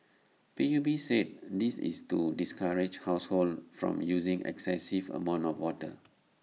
P U B said this is to discourage households from using excessive amounts of water